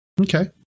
Okay